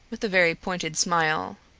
with a very pointed smile.